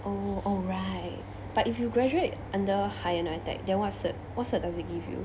oh oh right but if you graduate under higher NITEC then what cert what cert does it give you